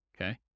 okay